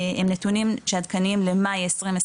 הם נתונים שעדכניים למאי 2020,